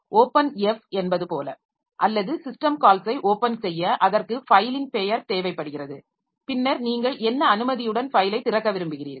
open f என்பது போல அல்லது சிஸ்டம் கால்ஸை ஓப்பன் செய்ய அதற்கு ஃபைலின் பெயர் தேவைப்படுகிறது பின்னர் நீங்கள் என்ன அனுமதியுடன் ஃபைலை திறக்க விரும்புகிறீர்கள்